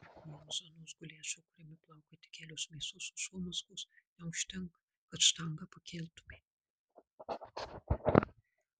vien zonos guliašo kuriame plaukioja tik kelios mėsos užuomazgos neužtenka kad štangą pakeltumei